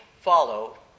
follow